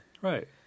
Right